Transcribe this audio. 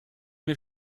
mir